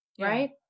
right